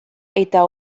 eta